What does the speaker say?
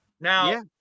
Now